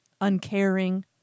uncaring